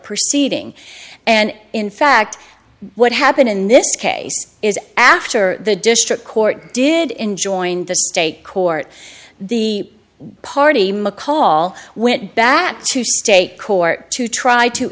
proceeding and in fact what happened in this case is after the district court did in joined the state court the party mccall went back to state court to try to